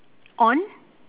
on